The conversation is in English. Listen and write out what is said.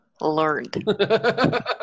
learned